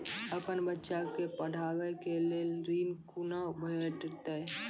अपन बच्चा के पढाबै के लेल ऋण कुना भेंटते?